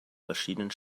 verschiedenen